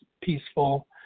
peaceful